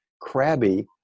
crabby